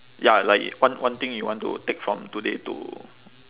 ya like one one thing you want to take from today to